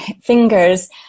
fingers